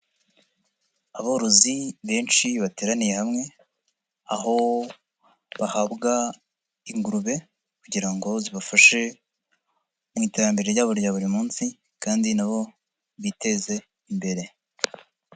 Aborozi benshi bateraniye hamwe aho bahabwa ingurube kugira ngo zibafashe mu iterambere ryabo rya buri munsi kandi na bo biteze imbere.